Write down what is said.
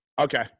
Okay